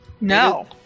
No